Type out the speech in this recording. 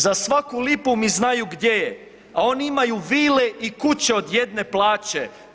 Za svaku lipu mi znaju gdje je, a oni imaju vile i kuće od jedne plaće.